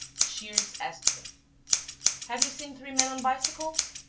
shears asked him have you seen three men on bicycles?